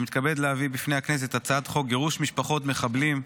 אני מתכבד להביא בפני הכנסת את הצעת חוק גירוש משפחות מחבלים,